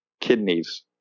kidneys